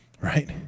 right